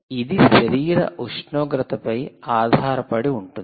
ఇది శరీర ఉష్ణోగ్రతపై ఆధారపడి ఉంటుంది